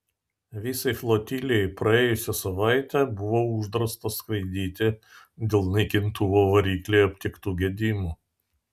visai flotilei praėjusią savaitę buvo uždrausta skraidyti dėl naikintuvo variklyje aptiktų gedimų